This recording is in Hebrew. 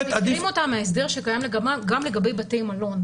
--- מההסדר שקיים גם לגבי בתי מלון.